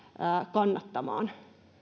kannattamaan